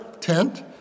tent